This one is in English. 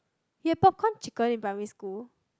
you have popcorn chicken in primary school